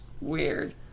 weird